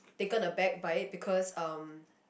taken aback by it because um